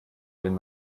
wenn